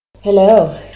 Hello